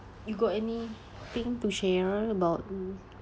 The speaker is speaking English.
you got any thing to share about